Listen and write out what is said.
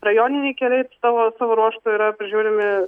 rajoniniai keliai savo savo ruožtu yra prižiūrimi